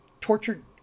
tortured